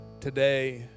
today